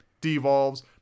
Devolves